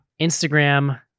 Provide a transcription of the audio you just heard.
Instagram